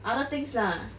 other things lah